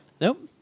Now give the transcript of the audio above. Nope